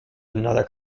another